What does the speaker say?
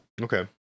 Okay